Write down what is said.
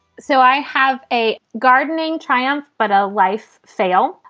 so i have a gardening triumph, but a life sale.